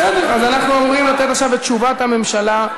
בסדר, אנחנו אמורים לתת עכשיו את תשובת הממשלה.